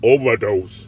overdose